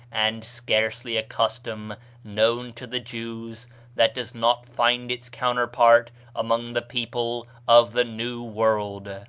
and scarcely a custom known to the jews that does not find its counterpart among the people of the new world.